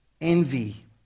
envy